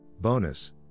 Bonus